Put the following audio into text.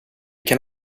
kan